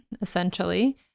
essentially